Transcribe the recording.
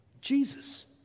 Jesus